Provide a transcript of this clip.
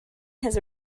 his